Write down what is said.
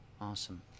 Awesome